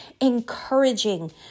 encouraging